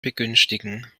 begünstigen